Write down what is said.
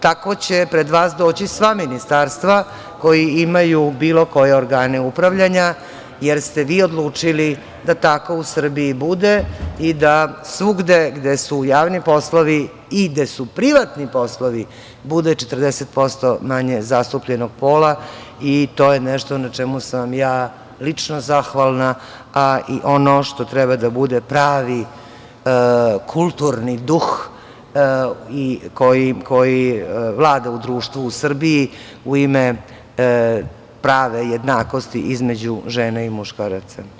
Tako će pred vas doći sva ministarstva koja imaju bilo koje organe upravljanja, jer ste vi odlučili da tako u Srbiji bude i da svugde gde su javni poslovi i gde su privatni poslovi bude 40% manje zastupljenog pola i to je nešto na čemu sam ja lično zahvalna, a i ono što treba da bude pravi kulturni duh koji vlada u društvu u Srbiji, u ime prave jednakosti između žena i muškaraca.